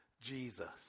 Jesus